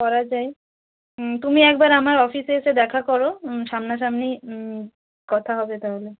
করা যায় তুমি একবার আমার অফিসে এসে দেখা করো সামনাসামনি কথা হবে তাহলে